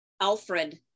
alfred